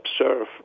observe